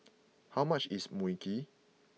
how much is Mui Kee